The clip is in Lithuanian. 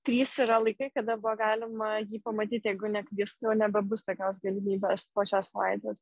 trys yra laikai kada buvo galima jį pamatyt jeigu neklystu jau nebebus tokios galimybės po šios savaitės